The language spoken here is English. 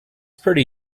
pretty